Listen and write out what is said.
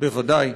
בוודאי.